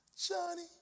Johnny